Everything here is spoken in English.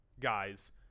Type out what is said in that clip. guys